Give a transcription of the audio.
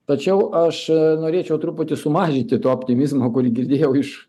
tačiau aš norėčiau truputį sumažinti to optimizmo kurį girdėjau iš